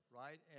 right